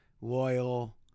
loyal